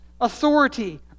authority